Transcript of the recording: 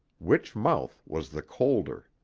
which mouth was the colder?